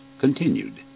Continued